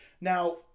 Now